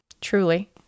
truly